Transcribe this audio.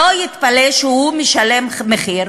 שלא יתפלא שהוא משלם מחיר.